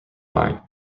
line